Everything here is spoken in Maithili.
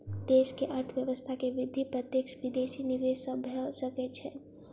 देश के अर्थव्यवस्था के वृद्धि प्रत्यक्ष विदेशी निवेश सॅ भ सकै छै